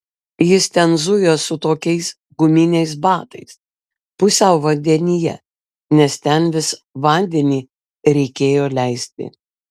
jis ten zujo su tokiais guminiais batais pusiau vandenyje nes ten vis vandenį reikėjo leisti